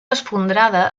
esfondrada